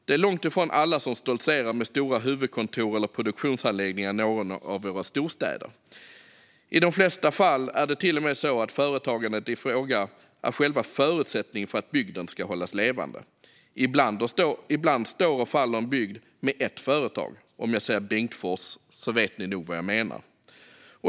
Det är långt ifrån alla som stoltserar med stora huvudkontor eller produktionsanläggningar i någon av våra storstäder. I de flesta fall är det till och med så att företagandet i fråga är själva förutsättningen för att bygden ska hållas levande. Ibland står och faller en bygd med ett enda företag. Om jag säger Bengtsfors förstår ni nog vad jag menar.